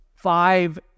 Five